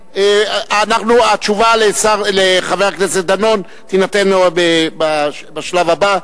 התשובה לחבר הכנסת דנון תינתן בשלב הבא,